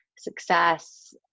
success